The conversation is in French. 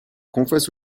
confesse